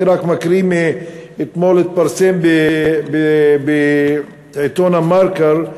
אני רק מקריא, אתמול התפרסם בעיתון "דה-מרקר",